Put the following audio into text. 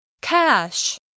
cash